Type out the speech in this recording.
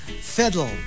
Fiddle